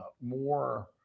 more